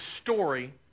story